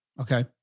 Okay